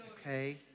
Okay